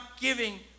giving